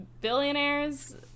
billionaires